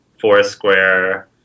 Foursquare